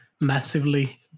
massively